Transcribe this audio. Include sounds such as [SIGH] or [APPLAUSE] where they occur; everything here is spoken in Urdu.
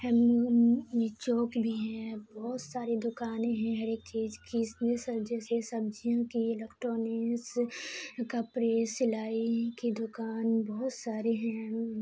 چوک بھی ہیں بہت ساری دکانیں ہیں ہر ایک چیز کی [UNINTELLIGIBLE] جیسے سبزیاں کی الیکٹرانیس کپڑے سلائی کی دکان بہت سارے ہیں